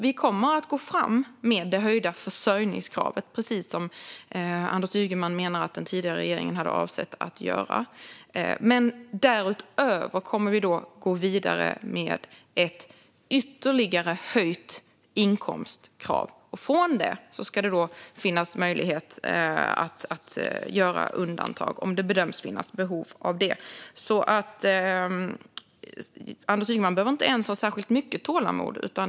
Vi kommer att gå fram med det höjda försörjningskravet, precis som Anders Ygeman menar att den tidigare regeringen hade avsett att göra. Därutöver kommer vi att gå vidare med ett ytterligare höjt inkomstkrav. Från det ska det finnas möjlighet att göra undantag om det bedöms finnas behov av det. Anders Ygeman behöver inte ens ha särskilt mycket tålamod.